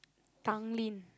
Tanglin